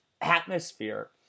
atmosphere